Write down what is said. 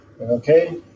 Okay